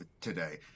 today